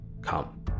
Come